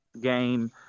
game